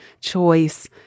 choice